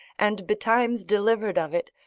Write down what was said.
and betimes delivered of it,